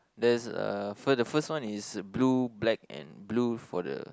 there's uh for the first one is blue black and blue for the